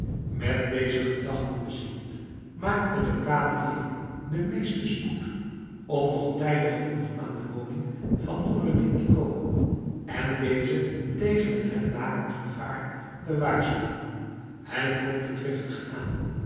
met deze gedachten bezield maakte de kamerheer den meesten spoed om nog tijdig genoeg aan de woning van noureddin te komen en dezen tegen het hem nakend gevaar te waarschuwen hij klopte driftig aan